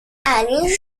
ani